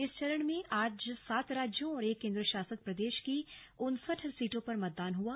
इस चरण में आज सात राज्यों और एक केन्द्रशासित प्रदेश की उनसठ सीटों पर मतदान हुआ